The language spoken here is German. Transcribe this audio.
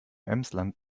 emsland